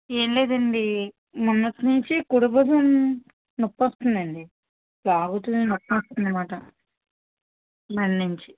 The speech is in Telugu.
ఏం లేదండి మొన్నటి నుండి కుడి భుజం నొప్పి వస్తోందండి లాగుతున్న నొప్పొస్తుందనమాట మెడనుంచి